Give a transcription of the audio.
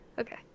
Okay